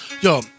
yo